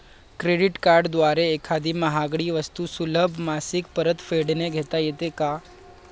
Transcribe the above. Credit कार्डद्वारे एखादी महागडी वस्तू सुलभ मासिक परतफेडने घेता येते का?